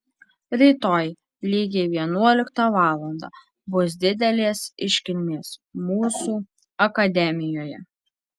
rytoj lygiai vienuoliktą valandą bus didelės iškilmės mūsų akademijoje